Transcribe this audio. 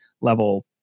level